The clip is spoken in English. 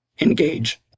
Engage